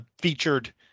featured